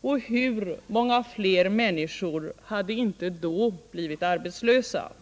och hur många fler människor hade inte då blivit arbetslösa?